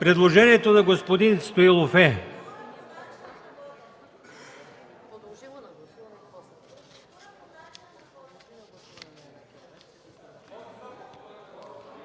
Предложението на господин Стоилов е: